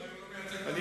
האם הוא מייצג את הממשלה?